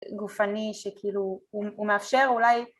גופני שכאילו הוא מאפשר אולי